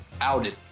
outed